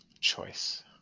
choice